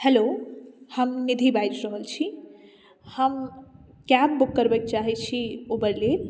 hello हम निधि बाजि रहल छी हम कैब बुक करबऽ लेल चाहै छी उबर लेल